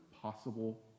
possible